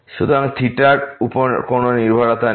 সুতরাং থিটার উপর কোন নির্ভরতা নেই